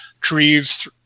trees